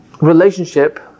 relationship